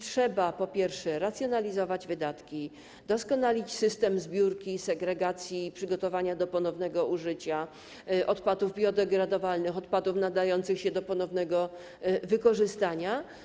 Trzeba, po pierwsze, racjonalizować wydatki, doskonalić system zbiórki, segregacji i przygotowania do ponownego użycia odpadów biodegradowalnych, odpadów nadających się do ponownego wykorzystania.